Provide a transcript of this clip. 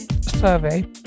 survey